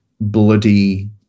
bloody